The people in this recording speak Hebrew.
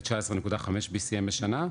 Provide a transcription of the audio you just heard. ל- 19.5 BCM בשנה.